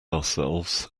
ourselves